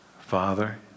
Father